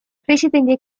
presidendi